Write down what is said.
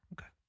Okay